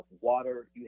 water